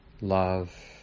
love